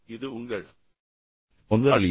இது உங்கள் முதலாளியா